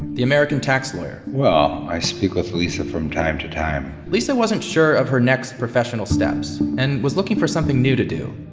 the american tax lawyer well, i speak with lisa from time to time lisa wasn't sure of her next professional steps, and was looking for something new to do.